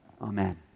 Amen